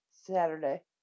Saturday